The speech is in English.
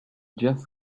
just